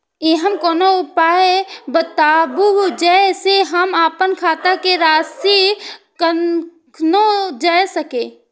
ऐहन कोनो उपाय बताबु जै से हम आपन खाता के राशी कखनो जै सकी?